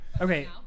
Okay